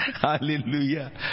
hallelujah